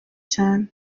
cyane